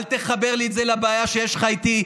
אל תחבר לי את זה לבעיה שיש לך איתי.